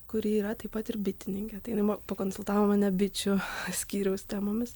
kuri yra taip pat ir bitininkė tai jinai ma pakonsultavo mane bičių skyriaus temomis